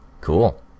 Cool